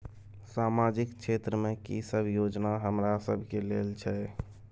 सामाजिक क्षेत्र में की सब योजना हमरा सब के लेल छै?